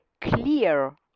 clear